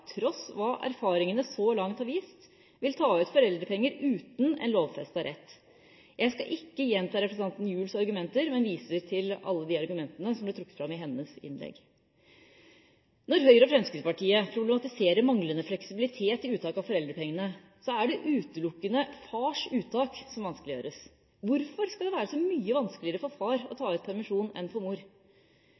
tross av hva erfaringene så langt har vist – vil ta ut foreldrepenger uten en lovfestet rett. Jeg skal ikke gjenta representanten Gjuls argumenter, men viser til alle de argumentene som ble trukket fram i hennes innlegg. Når Høyre og Fremskrittspartiet problematiserer manglende fleksibilitet i uttak av foreldrepenger, er det utelukkende fars uttak som vanskeliggjøres. Hvorfor skal det være så mye vanskeligere for far å ta ut permisjon enn for mor?